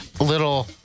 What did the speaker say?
little